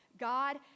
God